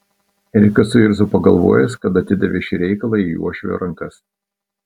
erikas suirzo pagalvojęs kad atidavė šį reikalą į uošvio rankas